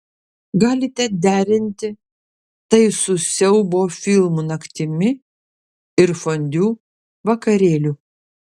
galite derinti tai su siaubo filmų naktimi ir fondiu vakarėliu